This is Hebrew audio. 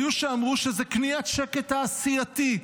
היו שאמרו שזה קניית שקט תעשייתי.